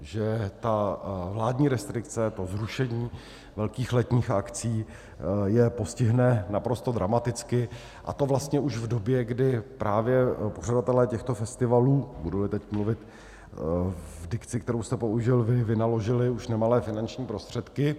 Že ta vládní restrikce, zrušení velkých letních akcí je postihne naprosto dramaticky, a to vlastně už v době, kdy právě pořadatelé těchto festivalů, buduli teď mluvit v dikci, kterou jste použil vy, vynaložili už nemalé finanční prostředky.